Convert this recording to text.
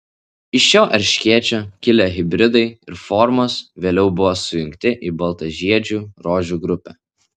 iš šio erškėčio kilę hibridai ir formos vėliau buvo sujungti į baltažiedžių rožių grupę